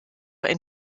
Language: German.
ein